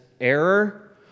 error